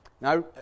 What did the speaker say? Now